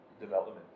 development